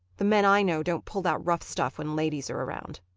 the men i know don't pull that rough stuff when ladies are around.